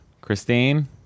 Christine